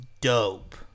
dope